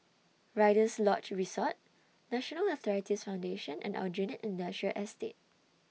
Rider's Lodge Resort National Arthritis Foundation and Aljunied Industrial Estate